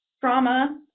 trauma